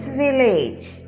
village